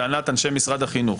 לטענת אנשי משרד החינוך.